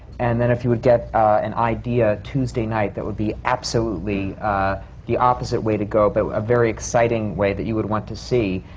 and then if you would get an idea tuesday night that would be absolutely the opposite way to go, but a very exciting way that you would want to see,